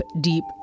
deep